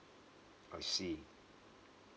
I see